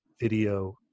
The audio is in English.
video